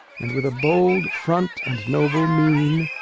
and with a bold front and noble mien,